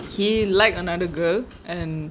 he like another girl and